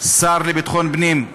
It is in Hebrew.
השר לביטחון פנים,